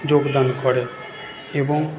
যোগদান করে এবং